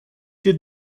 did